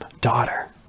Daughter